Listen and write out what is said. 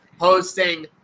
hosting